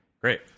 Great